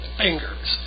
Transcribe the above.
fingers